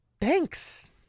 thanks